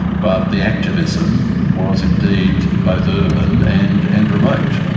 but the activism was indeed both urban and and remote.